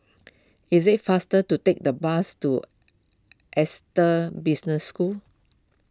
is it faster to take the bus to Business School